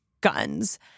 guns